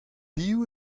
piv